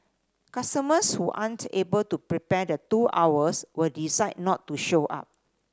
customers who aren't able to prepare the two hours would decide not to show up